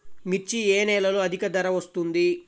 మిర్చి ఏ నెలలో అధిక ధర వస్తుంది?